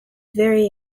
very